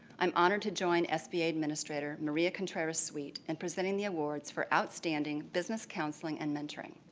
i'm honored to join sba administrator maria contreras-sweet in presenting the awards for outstanding business counseling and mentoring.